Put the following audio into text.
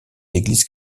églises